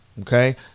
okay